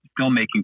filmmaking